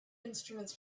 instruments